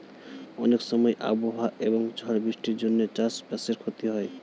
অনেক সময় আবহাওয়া এবং ঝড় বৃষ্টির জন্যে চাষ বাসের ক্ষতি হয়